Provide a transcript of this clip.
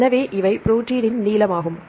எனவே இவை ப்ரோடீனின் நீளம் ஆகும்